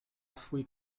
swój